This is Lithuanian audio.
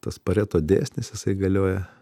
tas pareto dėsnis jisai galioja